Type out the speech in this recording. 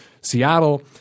Seattle